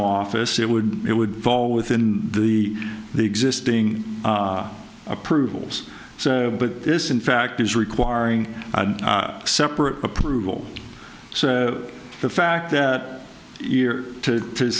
office it would it would fall within the the existing approvals so but this in fact is requiring separate approval so the fact that you're to